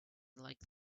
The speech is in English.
like